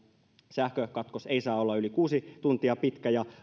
sähkökatkos ei saa olla yli kuusi tuntia pitkä ja